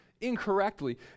incorrectly